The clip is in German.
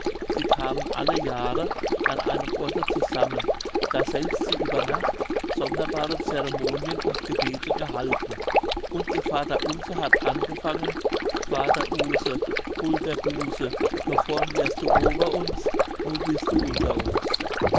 sie kamen alle jahre an einem orte zusammen daselbst sie über nacht sonderbare ceremonien und gebete gehalten und ihr vaterunser hat angefangen vader use hul der buse thovorn werst du over uns nu bist du under uns